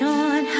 on